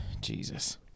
jesus